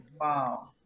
Wow